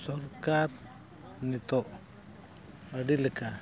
ᱥᱚᱨᱠᱟᱨ ᱱᱤᱛᱳᱜ ᱟᱹᱰᱤ ᱞᱮᱠᱟ